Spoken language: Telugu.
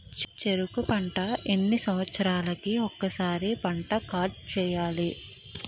చెరుకు పంట ఎన్ని సంవత్సరాలకి ఒక్కసారి పంట కార్డ్ చెయ్యాలి?